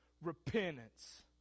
Repentance